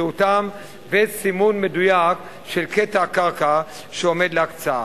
זהותם וסימון מדויק של קטע הקרקע שעומד להקצאה.